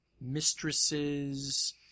mistresses